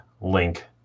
link